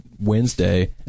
Wednesday